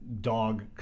dog